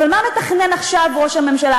אבל מה מתכנן עכשיו ראש הממשלה,